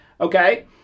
Okay